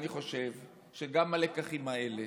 אני חושב שגם הלקחים האלה